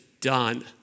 done